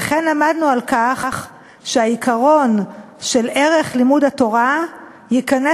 וכן עמדנו על כך שהעיקרון של ערך לימוד התורה ייכנס